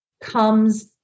comes